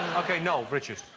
ok, noel, richard.